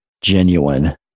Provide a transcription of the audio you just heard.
genuine